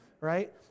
right